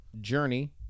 Journey